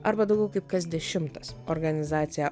arba daugiau kaip kas dešimtas organizacija